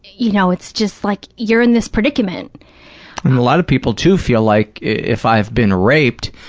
you know, it's just like you're in this predicament. and a lot of people, too, feel like, if i have been raped,